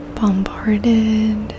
bombarded